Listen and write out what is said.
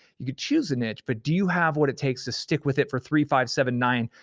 you choose the niche, but do you have what it takes to stick with it for three, five, seven, nine,